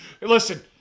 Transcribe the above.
Listen